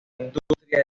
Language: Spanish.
industria